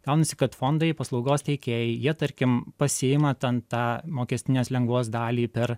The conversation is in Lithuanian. gaunasi kad fondai paslaugos teikėjai jie tarkim pasiima ten tą mokestinės lengvos dalį per